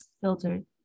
filtered